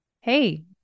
Hey